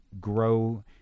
grow